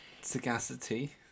sagacity